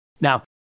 Now